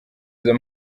izo